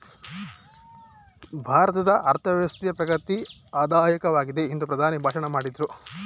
ಭಾರತದ ಅರ್ಥವ್ಯವಸ್ಥೆ ಪ್ರಗತಿ ದಾಯಕವಾಗಿದೆ ಎಂದು ಪ್ರಧಾನಿ ಭಾಷಣ ಮಾಡಿದ್ರು